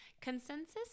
consensus